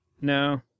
No